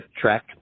track